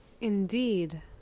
Indeed